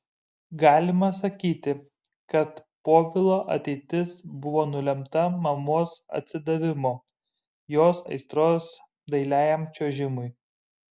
galima sakyti kad povilo ateitis buvo nulemta mamos atsidavimo jos aistros dailiajam čiuožimui